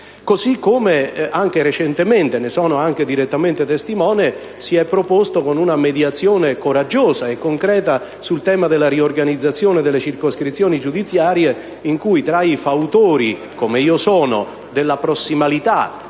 modo, anche recentemente - ne sono stato diretto testimone - egli ha proposto una mediazione coraggiosa e concreta sul tema della riorganizzazione delle circoscrizioni giudiziarie in cui, tra i fautori (come io sono) della prossimalità